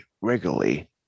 regularly